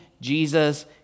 Jesus